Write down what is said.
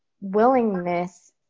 willingness